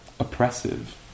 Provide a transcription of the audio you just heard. oppressive